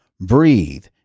Breathe